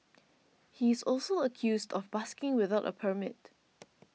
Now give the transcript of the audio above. he is also accused of busking without a permit